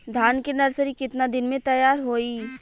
धान के नर्सरी कितना दिन में तैयार होई?